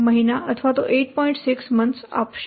6 મહિના આપશે